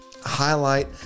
highlight